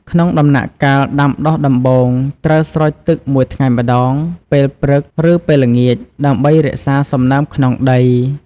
ក្នុងដំណាក់កាលដាំដុះដំបូង ត្រូវស្រោចទឹក ១ថ្ងៃម្តង ពេលព្រឹក ឬពេលល្ងាច ដើម្បីរក្សាសំណើមក្នុងដី។